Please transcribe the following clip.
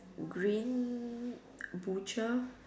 green butcher